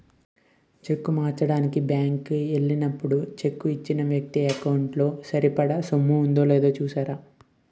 చెక్కును మార్చడానికి బ్యాంకు కి ఎల్లినప్పుడు చెక్కు ఇచ్చిన వ్యక్తి ఎకౌంటు లో సరిపడా సొమ్ము ఉందో లేదో చూస్తారు